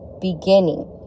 beginning